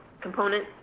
component